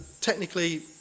technically